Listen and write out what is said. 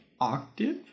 octave